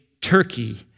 Turkey